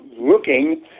looking